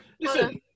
Listen